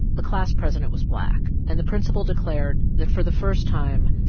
the class president was black. and the principal declared that for the first time,